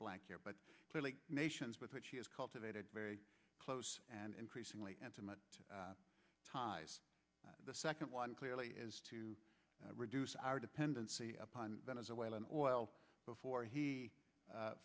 blank here but clearly nations with which he is cultivated very close and increasingly intimate ties the second one clearly is to reduce our dependency upon venezuelan oil before he